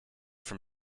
from